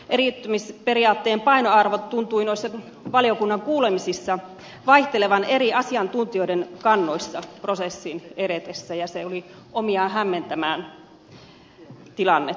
eriyttämisperiaatteen painoarvo tuntui valiokunnan kuulemisissa vaihtelevan eri asiantuntijoiden kannoissa prosessin edetessä ja se oli omiaan hämmentämään tilannetta